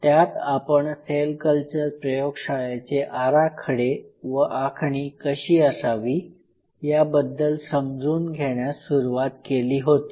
त्यात आपण cell culture प्रयोगशाळेचे आराखडे व आखणी कशी असावी याबद्दल समजून घेण्यास सुरुवात केली होती